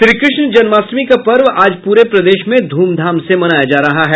श्रीकृष्ण जन्माष्टमी का पर्व आज पूरे प्रदेश में धूमधाम से मनाया जा रहा है